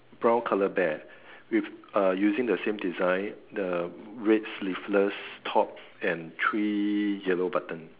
brown color bear with uh using the same design the red sleeveless top and three yellow button